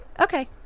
okay